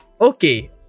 Okay